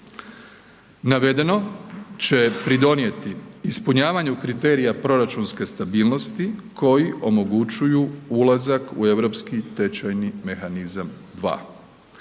Navedeno će pridonijeti ispunjavanju kriterija proračunske stabilnosti koji omogućuju ulazak u Europski tečajni mehanizam 2.